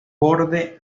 borde